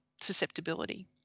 susceptibility